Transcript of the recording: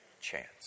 chance